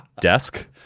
Desk